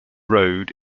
road